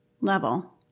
level